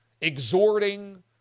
exhorting